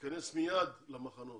תיכנס מייד למחנות,